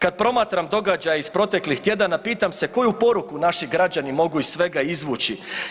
Kad promatram događaj iz proteklih tjedana pitam se koju poruku naši građani mogu iz svega izvući?